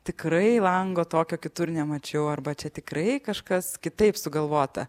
tikrai lango tokio kitur nemačiau arba čia tikrai kažkas kitaip sugalvota